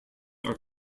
are